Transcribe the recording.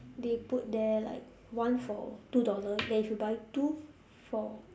they put there like one for two dollars then if you buy two for